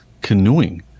canoeing